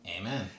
Amen